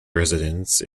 residence